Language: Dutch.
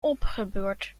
opgebeurd